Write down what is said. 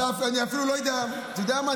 אתה יודע מה?